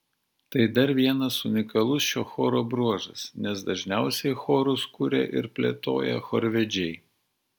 tai dar vienas unikalus šio choro bruožas nes dažniausiai chorus kuria ir plėtoja chorvedžiai